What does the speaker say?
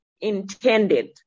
intended